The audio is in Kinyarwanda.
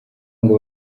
ngo